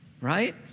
Right